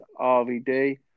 RVD